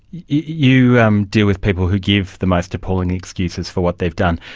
you um deal with people who give the most appalling excuses for what they've done.